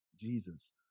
Jesus